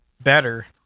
better